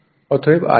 অতএব I1 I0 I2 হয়